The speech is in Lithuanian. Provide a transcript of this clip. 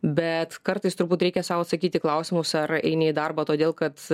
bet kartais turbūt reikia sau atsakyti klausimus ar eini į darbą todėl kad